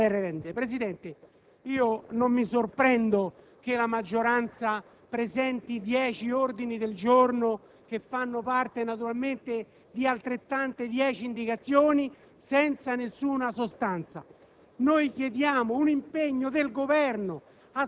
in qualità colturali superiori, con conseguente lievitazione delle rendite. Presidente, non mi sorprendo che la maggioranza presenti dieci ordini del giorno, che contengono altrettante indicazioni